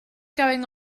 going